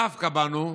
דווקא בנו,